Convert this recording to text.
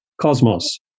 cosmos